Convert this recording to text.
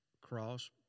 cross